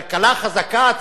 כלכלה חזקה,